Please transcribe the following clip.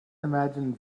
imagine